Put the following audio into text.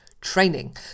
training